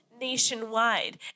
nationwide